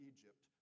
Egypt